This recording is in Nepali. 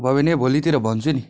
भयो भने भोलितिर भन्छु नि